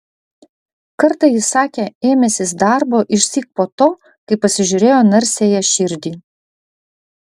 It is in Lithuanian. kartą jis sakė ėmęsis darbo išsyk po to kai pasižiūrėjo narsiąją širdį